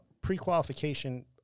pre-qualification